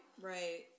right